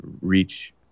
reach